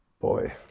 boy